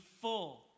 full